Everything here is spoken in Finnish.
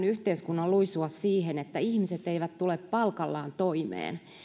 yhteiskunnan luisua siihen että ihmiset eivät tule palkallaan toimeen